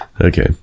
Okay